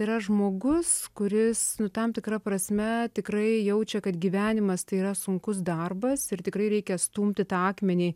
yra žmogus kuris nu tam tikra prasme tikrai jaučia kad gyvenimas tai yra sunkus darbas ir tikrai reikia stumti tą akmenį